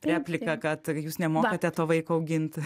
repliką kad jūs nemokate to vaiko augint